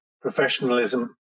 professionalism